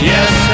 Yes